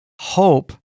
hope